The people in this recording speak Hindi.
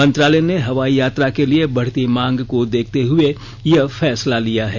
मंत्रालय ने हवाई यात्रा के लिए बढ़ती मांग को देखते हुए यह फैसला लिया है